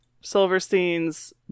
Silverstein's